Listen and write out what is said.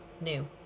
new